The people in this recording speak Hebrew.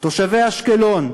תושבי אשקלון,